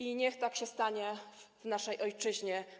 I niech tak się stanie w naszej ojczyźnie.